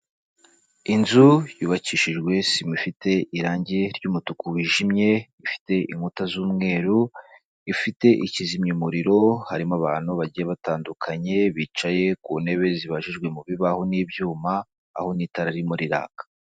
Inzu yubakishijwe sima ifite irangi ry'umutuku wijimye, ifite inkuta z'umweru, ifite ikizimya umuriro, harimo abantu bagiye batandukanye, bicaye ku ntebe zibajijwe mu bibaho n'ibyuma, aho n'itara ririmo riraka.